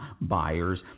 buyers